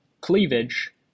cleavage